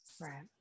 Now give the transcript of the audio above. Right